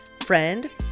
Friend